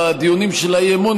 בדיונים של האי-אמון,